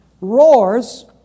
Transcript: roars